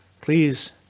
please